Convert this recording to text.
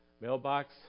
mailbox